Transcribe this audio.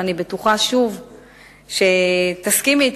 ואני שוב בטוחה שתסכימי אתי,